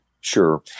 Sure